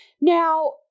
Now